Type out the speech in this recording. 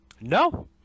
No